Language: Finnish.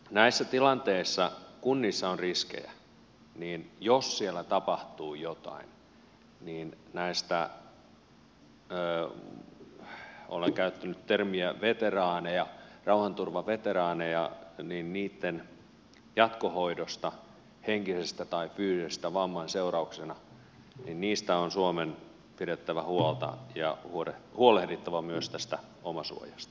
näissä tilanteissa kun niissä on riskejä jos siellä tapahtuu jotain näistä olen käyttänyt termiä rauhanturvaveteraanit heidän jatkohoidostaan henkisen tai fyysisen vamman seurauksena on suomen pidettävä huolta ja huolehdittava myös tästä omasuojasta